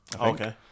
okay